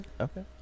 Okay